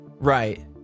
right